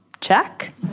check